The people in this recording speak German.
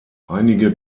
einige